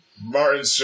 Martin